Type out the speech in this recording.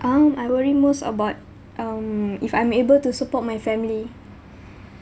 um I worry most about um if I'm able to support my family